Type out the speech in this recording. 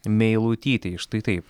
meilutytei štai taip